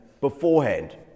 beforehand